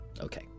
Okay